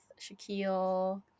Shaquille